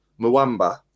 Mwamba